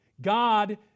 God